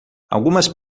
algumas